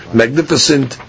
magnificent